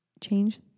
change